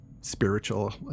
spiritual